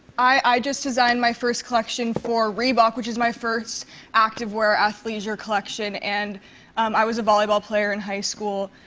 i just designed my first collection for reebok, which is my first activewear athleisure collection. and i was a volleyball player in high school.